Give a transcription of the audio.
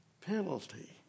penalty